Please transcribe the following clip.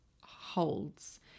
holds